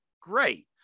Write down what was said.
great